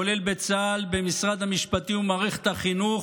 כולל בצה"ל, במשרד המשפטים ובמערכת החינוך,